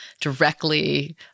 directly